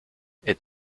est